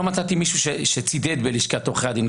מצאתי מישהו שצידד בלשכת עורכי הדין.